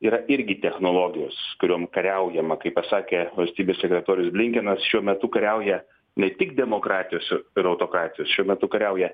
yra irgi technologijos kuriom kariaujama kaip pasakė valstybės sekretorius blinkenas šiuo metu kariauja ne tik demokratijos i ir autokratijos šiuo metu kariauja